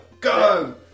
Go